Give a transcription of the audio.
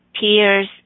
peers